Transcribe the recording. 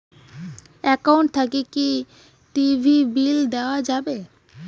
Account থাকি কি TV bill দেওয়া যাবে?